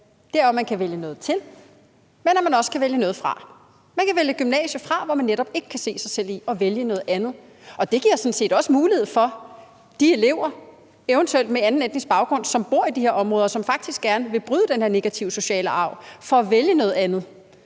at man ikke bare kan vælge noget til, men at man også kan vælge noget fra. Man kan vælge et gymnasium fra, som man netop ikke kan se selv i, og vælge noget andet. Og det giver sådan set også mulighed for, at de elever, eventuelt med anden etnisk baggrund, som bor i de her områder og faktisk gerne vil bryde den her negative sociale arv, kan vælge noget andet.